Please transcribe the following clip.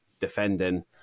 defending